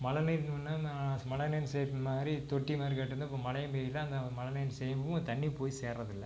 மழை நீருக்கு முன்ன நான் மழை நீர் சேமிப்பு மாதிரி தொட்டி மாதிரி கட்டியிருந்தேன் இப்போ மழையும் பெய்யல அந்த மழை நீர் சேமிப்புக்கும் தண்ணி போய் சேர்றதில்லை